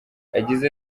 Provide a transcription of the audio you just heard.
yagize